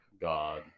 God